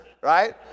Right